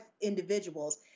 individuals